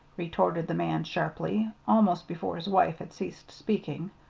retorted the man sharply, almost before his wife had ceased speaking.